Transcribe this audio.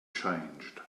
changed